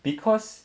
because